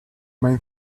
main